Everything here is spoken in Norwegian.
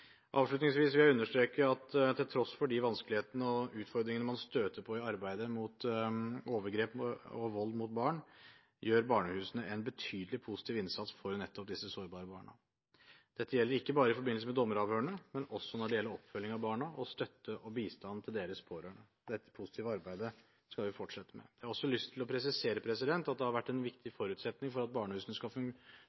Avslutningsvis vil jeg understreke at til tross for de vanskelighetene og utfordringene man støter på i arbeidet mot overgrep og vold mot barn, gjør barnehusene en betydelig, positiv innsats for nettopp disse sårbare barna. Dette gjelder ikke bare i forbindelse med dommeravhørene, men også med hensyn til oppfølging av barna og støtte og bistand til deres pårørende. Dette positive arbeidet skal vi fortsette med. Jeg har også lyst til å presisere at det har vært en viktig